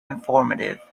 informative